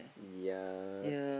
yea